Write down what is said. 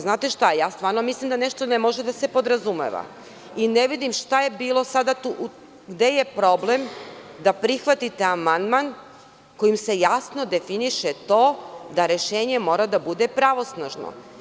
Znate šta, ja stvarno mislim da nešto ne može da se podrazumeva i ne vidim gde je problem da prihvatite amandman kojim se jasno definiše to da rešenje mora da bude pravosnažno?